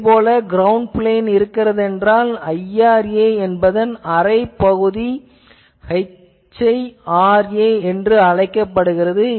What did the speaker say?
இதேபோல இப்போது ground plane இருக்கிறதென்றால் மற்றும் IRA என்பதன் அரைப் பகுதி HIRA என்று அழைக்கப்படுகிறது